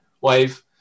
wave